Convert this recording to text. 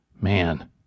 Man